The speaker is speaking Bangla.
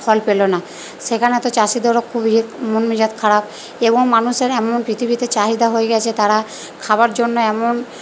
ফল পেলো না সেখানে তো চাষিদেরও খুবই মন মেজাজ খারাপ এবং মানুষেরা এমন পৃথিবীতে চাহিদা হয়ে গেছে তারা খাবার জন্য এমন